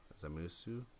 Zamusu